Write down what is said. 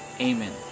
Amen